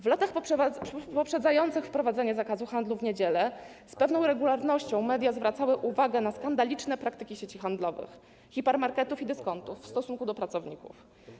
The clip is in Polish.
W latach poprzedzających wprowadzenie zakazu handlu w niedziele z pewną regularnością media zwracały uwagę na skandaliczne praktyki sieci handlowych, hipermarketów i dyskontów w stosunku do pracowników.